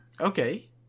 Okay